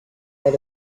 out